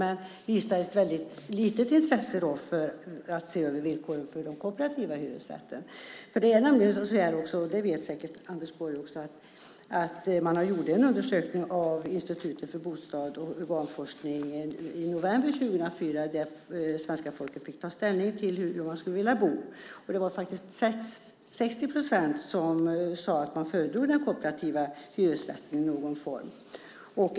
Men den visar ett väldigt litet intresse för att se över villkoren för den kooperativa hyresrätten. Det är nämligen så, det vet säkert Anders Borg också, att Institutet för bostads och urbanforskning gjorde en undersökning i november 2004 där svenska folket fick ta ställning till hur man skulle vilja bo. Det var faktiskt 60 procent som sade att de föredrog den kooperativa hyresrätten i någon form.